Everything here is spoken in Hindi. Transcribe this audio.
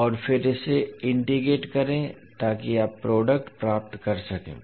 और फिर इसे इंटेग्रेट करें ताकि आप प्रोडक्ट प्राप्त कर सकें